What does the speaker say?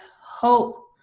hope